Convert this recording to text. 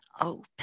open